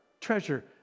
treasure